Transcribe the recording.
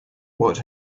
what